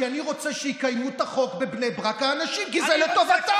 כי אני רוצה שהאנשים יקיימו את החוק בבני ברק כי זה לטובתם.